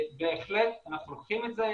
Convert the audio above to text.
בהחלט אנחנו לוקחים את זה.